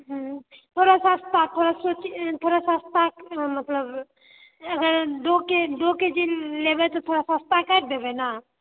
थोड़ा सस्ता थोड़ा सस्ता मतलब दू के जी लेबै तऽ थोड़ा सस्ता करि देबै ने